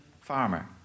farmer